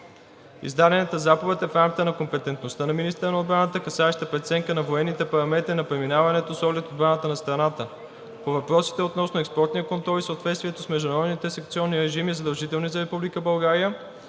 Издадената заповед е в рамките на компетентността на министъра на отбраната, касаеща преценка на военните параметри на преминаването с оглед отбраната на страната. По въпросите относно експортния контрол и съответствието с международните санкционни режими, задължителни за